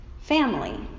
family